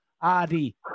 Adi